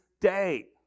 day